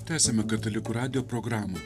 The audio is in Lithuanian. tęsiame katalikų radijo programą